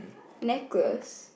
necklace